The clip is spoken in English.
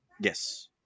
Yes